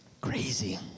Crazy